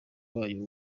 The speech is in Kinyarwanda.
wayo